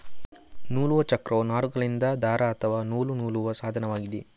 ನೂಲುವ ಚಕ್ರವು ನಾರುಗಳಿಂದ ದಾರ ಅಥವಾ ನೂಲು ನೂಲುವ ಸಾಧನವಾಗಿದೆ